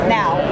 now